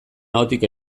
ahotik